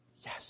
Yes